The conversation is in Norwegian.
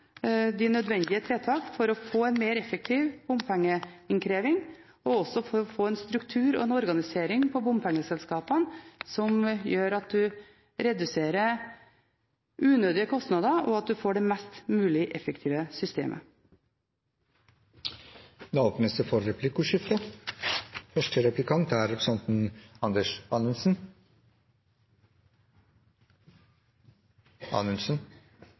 de nødvendige tiltak for å få en mer effektiv bompengeinnkreving, for å få en struktur i og organisering av bompengeselskapene som gjør at man reduserer unødige kostnader, og at man får det mest mulig effektive systemet. Det blir replikkordskifte. Jeg merket meg at statsråden sa at det egentlig er